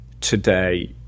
today